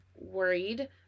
worried